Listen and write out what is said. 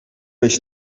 beş